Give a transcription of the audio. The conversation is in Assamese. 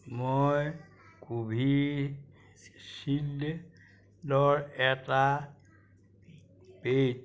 মই কোভিচিল্ডৰ এটা পেইড